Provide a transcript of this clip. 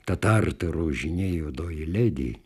tatartoro žiniai juodoji ledi